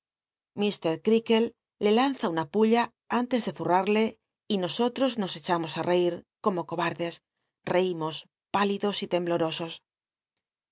ir creakle le lanza una pulla antes de zui'i arle y nosotros nos echamos oí roí como cobardes reímos pülidos y lemblol'osos